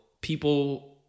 people